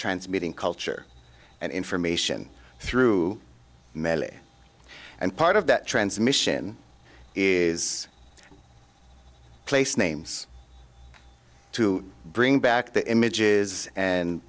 transmitting culture and information through medley and part of that transmission is place names to bring back the images and